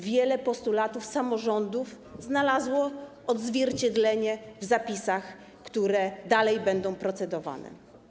Wiele postulatów samorządów znalazło odzwierciedlenie w zapisach, które dalej będą procedowane.